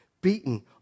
beaten